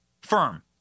firm